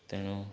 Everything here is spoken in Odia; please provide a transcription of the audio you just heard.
ତେଣୁ